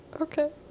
Okay